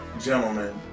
gentlemen